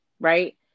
Right